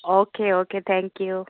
okay okay thank you